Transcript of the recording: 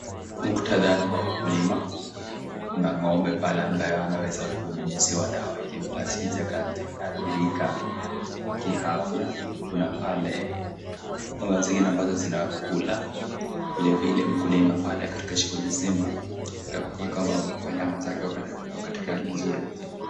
Muktadha ni wa ukulima. Kuna ng'ombe pale ambaye anaweza kunyunyiziwa dawa Ili asije akaathirika kiafya. Kuna pale ng'ombe zingine ambazo zinakula. Vile vile mkulima pale katika shughuli nzima ya kukinga wanyama zake katika hali nzuri.